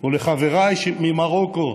או לחבריי ממרוקו